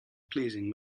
pleasing